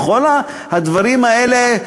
וכל הדברים האלה,